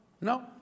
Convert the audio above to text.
No